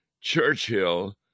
Churchill